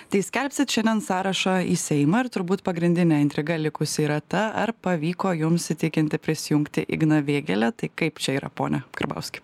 tai skelbsit šiandien sąrašą į seimą ir turbūt pagrindinė intriga likusi yra ta ar pavyko jums įtikinti prisijungti igną vėgėlę taip kaip čia yra pone karbauski